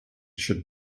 should